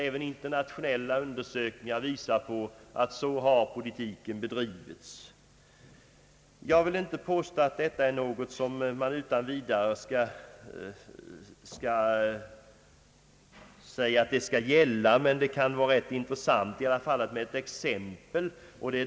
Även internationella undersökningar visar att politiken har bedrivits så. Jag vill inte påstå att detta är något om vilket man skall säga att det utan vidare skall gälla, men det kan i alla fall vara rätt intressant att ge ett exempel.